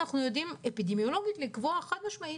אנחנו יודעים אפידמיולוגית לקבוע חד משמעית,